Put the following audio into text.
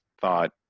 thought